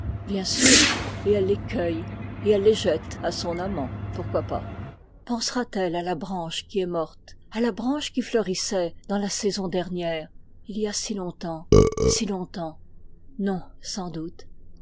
bien sûr et elle les cueille et elle les jette à son amant pourquoi pas pensera t elle à la branche qui est morte à la branche qui fleurissait dans la saison dernière il y a si longtemps si longtemps non sans doute